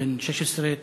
בן 16,